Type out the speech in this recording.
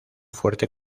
fuerte